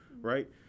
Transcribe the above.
right